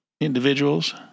individuals